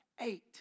Eight